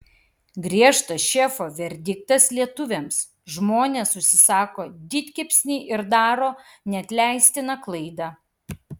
griežtas šefo verdiktas lietuviams žmonės užsisako didkepsnį ir daro neatleistiną klaidą